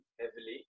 heavily